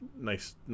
nice